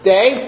Day